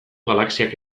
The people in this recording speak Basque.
galaxiak